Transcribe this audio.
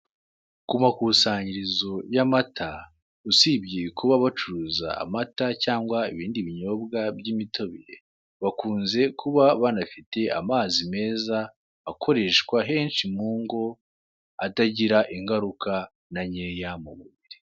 Ku makusanyirizo y'amata usibye kuba bacuruza amata cyangwa ibindi binyobwa by'imitobe, bakunze kuba banafite amazi meza akoreshwa henshi mu ngo, atagira ingaruka na nkeya mu mubiri.